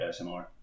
ASMR